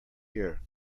year